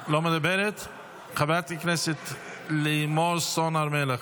חברת הכנסת לימור סון הר מלך,